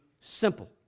simple